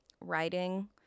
Writing